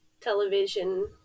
television